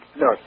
No